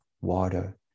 water